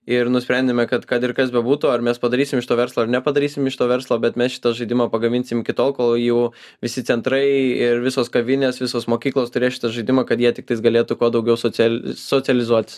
ir nusprendėme kad kad ir kas bebūtų ar mes padarysim iš to verslą ar nepadarysim iš to verslo bet mes šitą žaidimą pagaminsim iki tol kol jų visi centrai ir visos kavinės visos mokyklos turės šitą žaidimą kad jie tiktais galėtų kuo daugiau social socializuotis